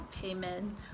payment